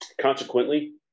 Consequently